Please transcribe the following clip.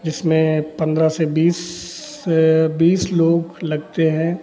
जिसमें पन्द्रह से बीस बीस लोग लगते हैं